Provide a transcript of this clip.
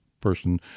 person